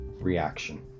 reaction